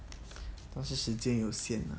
都是时间有限 lah